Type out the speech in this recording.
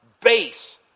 base